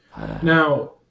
Now